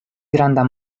granda